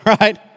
right